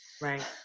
right